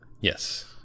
yes